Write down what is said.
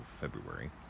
February